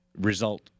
result